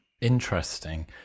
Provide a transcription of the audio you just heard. Interesting